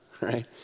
Right